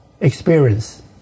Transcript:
experience